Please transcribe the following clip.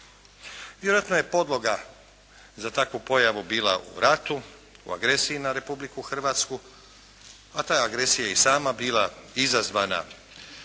Vjerojatno je podloga za takvu pojavu bila u ratu, u agresiji na Republiku Hrvatsku, a ta je agresija i sama bila izazvana